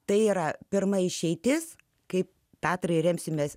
tai yra pirma išeitis kaip petrai remsimės